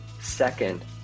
Second